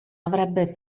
avrebbe